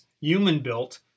human-built